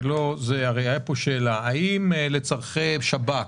הרי הייתה פה שאלה: אם לצרכי שב"כ,